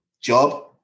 job